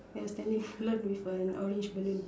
yes standing alone with an orange balloon